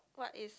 what is